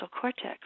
cortex